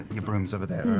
your broom's over there,